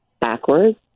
backwards